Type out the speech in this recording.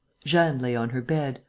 jeanne lay on her bed,